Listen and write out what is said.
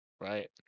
right